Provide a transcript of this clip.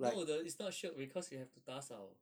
no the is not shiok because you have to 打扫